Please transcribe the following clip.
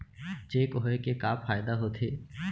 Cheque होए के का फाइदा होथे?